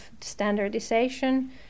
standardization